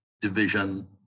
division